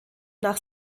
nach